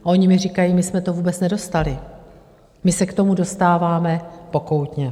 Oni mi říkají: My jsme to vůbec nedostali, my se k tomu dostáváme pokoutně.